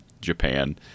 Japan